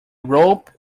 rope